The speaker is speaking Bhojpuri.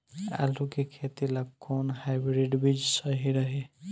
आलू के खेती ला कोवन हाइब्रिड बीज सही रही?